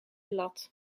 lat